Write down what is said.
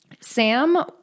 Sam